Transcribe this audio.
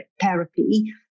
therapy